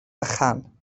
bychan